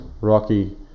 rocky